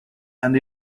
and